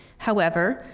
however,